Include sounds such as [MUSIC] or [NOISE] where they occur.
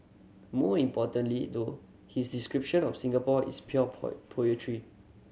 more importantly though his description of Singapore is pure [UNINTELLIGIBLE] poetry